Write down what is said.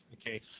Okay